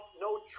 no